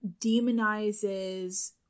demonizes